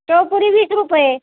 शेवपुरी वीस रुपये